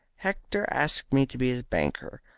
hector asked me to be his banker.